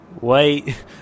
Wait